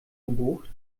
gebucht